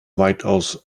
weitaus